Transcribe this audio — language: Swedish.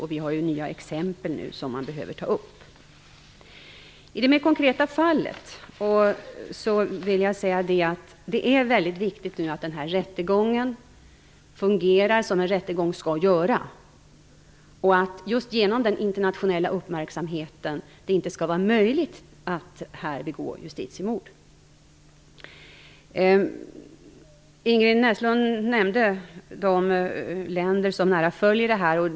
Vi har ju nya exempel nu som vi behöver ta upp. I det mer konkreta fallet är det mycket viktigt att den här rättegången fungerar som en rättegång skall göra. Den internationella uppmärksamheten skall göra att det inte är möjligt att begå justitiemord här. Ingrid Näslund nämnde de länder som nära följer detta.